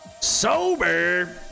Sober